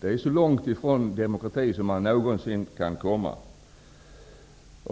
Det är så långt ifrån demokrati som man någonsin kan komma.